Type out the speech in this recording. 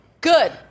good